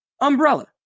Umbrella